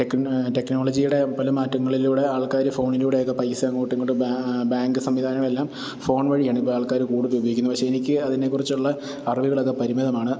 ടെക്നോളജിയുടെ പലമാറ്റങ്ങളിലൂടെ ആൾക്കാർ ഫോണിലൂടെയൊക്കെ പൈസ അങ്ങോട്ടും ഇങ്ങോട്ടും ബാങ്ക് സംവിധാനങ്ങളെല്ലാം ഫോൺ വഴിയാണിപ്പോൾ ആൾക്കാർ കൂടുതൽ ഉപയോഗിക്കുന്നു പക്ഷേ എനിക്ക് അതിനെക്കുറിച്ചുള്ള അറിവുകളൊക്കെ പരിമിതമാണ്